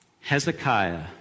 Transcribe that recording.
Hezekiah